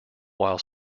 while